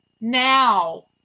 Now